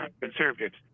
conservatives